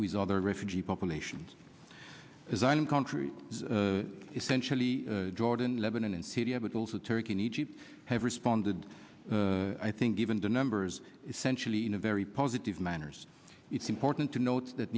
with other refugee populations design in country essentially jordan lebanon and syria but also turkey and egypt have responded i think given the numbers essentially in a very positive manners it's important to note that